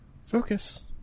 Focus